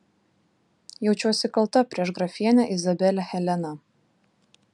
jaučiuosi kalta prieš grafienę izabelę heleną